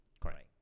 Correct